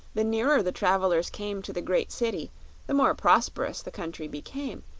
the nearer the travelers came to the great city the more prosperous the country became,